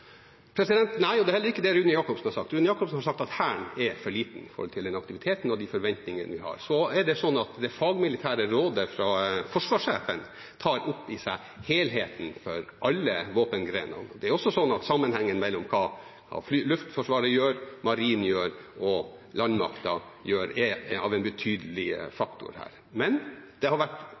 Nei, og det er heller ikke det Rune Jakobsen har sagt. Rune Jakobsen har sagt at Hæren er for liten i forhold til den aktiviteten og de forventningene vi har. Det fagmilitære rådet fra forsvarssjefen tar opp i seg helheten for alle våpengrenene. Sammenhengen mellom hva Luftforsvaret gjør, hva Marinen gjør, og hva landmakten gjør, er en betydelig faktor her. Men det har vært uttalt, som jeg sier, at vi har fått utfordringer når det gjelder det å være robust nok framover. Det har vært